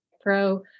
Pro